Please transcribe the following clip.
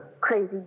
Crazy